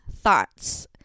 thoughts